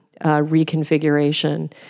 reconfiguration